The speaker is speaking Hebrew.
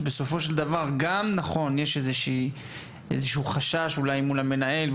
זה נכון שיש איזה שהוא חשש מול המנהל,